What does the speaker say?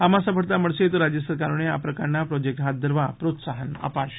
આમાં સફળતા મળશે તો રાજ્ય સરકારોને આ પ્રકારના પ્રોજેક્ટ હાથ ધરવા પ્રોત્સાહન અપાશે